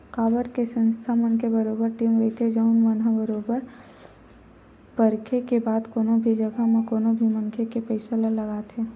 काबर के संस्था मन के बरोबर टीम रहिथे जउन मन ह बरोबर परखे के बाद कोनो भी जघा म कोनो भी मनखे के पइसा ल लगाथे